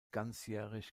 ganzjährig